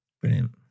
Brilliant